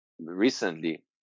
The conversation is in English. Recently